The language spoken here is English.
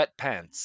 sweatpants